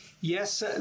Yes